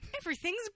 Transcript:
Everything's